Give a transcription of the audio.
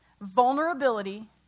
vulnerability